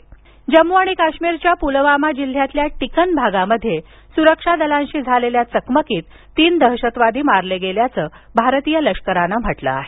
चकमक जम्मू आणि काश्मीरच्या पुलवामा जिल्ह्यातील टिकन भागामध्ये सुरक्षा दलांशी झालेल्या चकमकीत तीन दहशतवादी मारले गेल्याचं भारतीय लष्करानं म्हटलं आहे